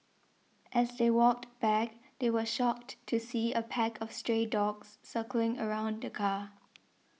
as they walked back they were shocked to see a pack of stray dogs circling around the car